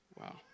Wow